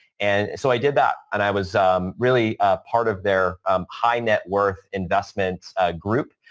and so, i did that and i was really part of their um high net worth investment group.